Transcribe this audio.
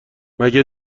مگه